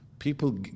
People